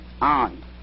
on